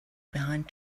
behind